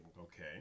Okay